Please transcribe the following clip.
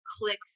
click